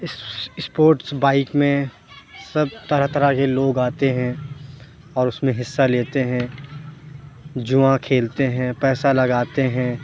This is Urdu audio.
اِس اسپوٹس بائک میں سب طرح طرح کے لوگ آتے ہیں اور اُس میں حصّہ لیتے ہیں جوا کھیلتے ہیں پیسہ لگاتے ہیں